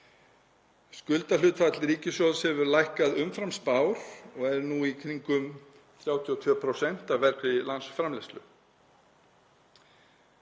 Skuldahlutfall ríkissjóðs hefur lækkað umfram spár og er nú í kringum 32% af vergri landsframleiðslu.